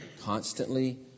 Constantly